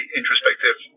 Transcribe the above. introspective